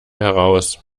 heraus